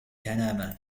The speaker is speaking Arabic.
تنام